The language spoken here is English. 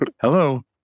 Hello